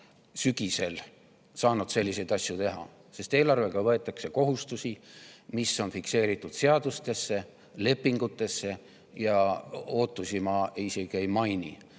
sügisel saanud sellist asja teha, sest eelarvega võetakse kohustusi, mis on fikseeritud seadustesse, lepingutesse, ja ootusi ma isegi ei maini.